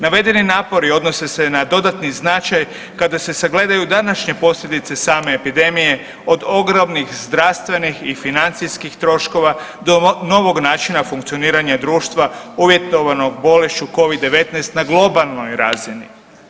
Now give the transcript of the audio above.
Navedeni napori odnose se na dodatni značaj kada se sagledaju današnje posljedice same epidemije od ogromnih zdravstvenih i financijskih troškova do novog načina funkcioniranja društva uvjetovanog bolešću Covid-19 na globalnoj razini.